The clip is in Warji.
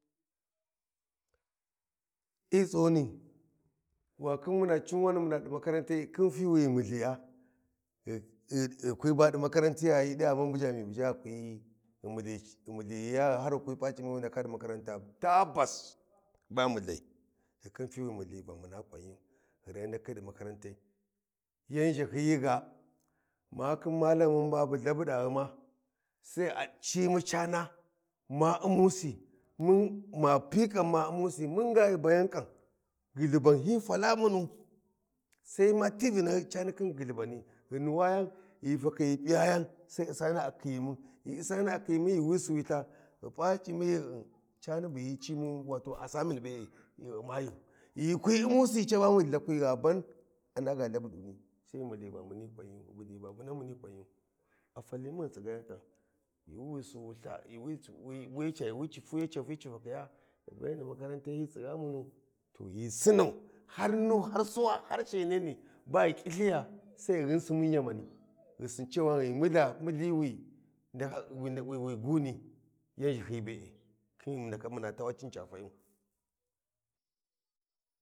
Hyi tsughuni va khin muna ciwani muna ɗi makaranta khin fi wi ghi multhi gha ghi kwi ɗi makaranti gha ghi ɗi ya mun buʒha mu bu ʒha ghi kwi ghi multhi ya har ghi kwi pa C’imi wi ndaka ɗi makarantaya. Tabbas ba multhai ghi khin fiwi ghi multhi va muna ƙwanyu ghi kwi baɗi makaranta, yan ʒhahyi yi ga ma khin wi malamin bu lthabuɗa ghuma sai a ci mu cana ma’ummu si mun ma pi ƙan ma ummusi, mun ga ghi ghun bayan ƙan ghulban hyi fala muna. Sai ma ti vinahyi cani khin ghulbani ghi nuwajen, ghi fakhi ghi piyayan sai ussani khiyimun, ghi a khiyimun gyuwi si wiltha ghi pa C’imi ghi un cani bu hyi cimu wata assamen be’e ghy umma ghu ghu kwi ummusi ca ba ghi lthakwi gha ban a ndaka ɗa Lthabuɗuni sai ghu multhi va muni kwanyu ghu multhi babiran Va muni ƙwanyu a fali mun ghi tsigayen ƙan yuuwi ci Siwiltha we ya fi cifakhiya ghi bayen ɗi makarantai hyi tsiga ha munu. To ghi sinnau har munu har suwa har dhigharene ba ghi ƙilthiya sai ghi ghinsh mun yemani ghi sin cewa ghi multha multhi wi ndaka wi yan ʒhahyiyi be’e khin muna tawa khin ci ni ca fa yu.